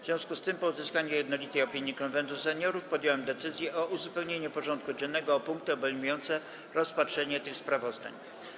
W związku z tym, po uzyskaniu jednolitej opinii Konwentu Seniorów, podjąłem decyzję o uzupełnieniu porządku dziennego o punkty obejmujące rozpatrzenie tych sprawozdań.